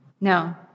No